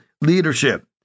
leadership